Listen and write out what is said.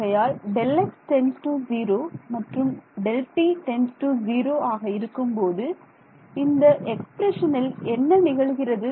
ஆகையால் Δx → 0 மற்றும் Δt → 0 ஆக இருக்கும்போது இந்த எக்ஸ்பிரஷனில் என்ன நிகழுகிறது